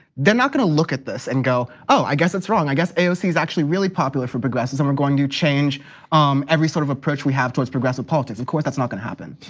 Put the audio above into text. they're not gonna look at this and go, i guess it's wrong. i guess, aoc is actually really popular for progressives, and we're going to change um every sort of approach we have towards progressive politics, of course, that's not gonna happen.